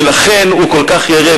ולכן הוא כל כך ירא.